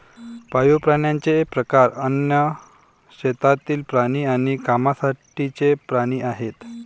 पाळीव प्राण्यांचे प्रकार अन्न, शेतातील प्राणी आणि कामासाठीचे प्राणी आहेत